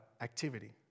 activity